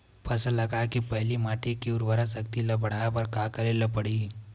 फसल लगाय के पहिली माटी के उरवरा शक्ति ल बढ़ाय बर का करेला पढ़ही?